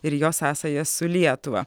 ir jos sąsaja su lietuva